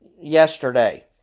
yesterday